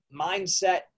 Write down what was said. mindset